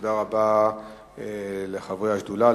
תודה רבה לחברי השדולה,